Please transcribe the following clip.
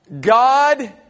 God